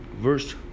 verse